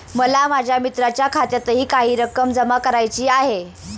मला माझ्या मित्राच्या खात्यातही काही रक्कम जमा करायची आहे